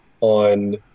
on